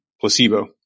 placebo